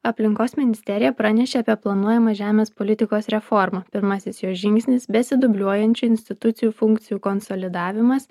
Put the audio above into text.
aplinkos ministerija pranešė apie planuojamą žemės politikos reformą pirmasis jos žingsnis besidubliuojančių institucijų funkcijų konsolidavimas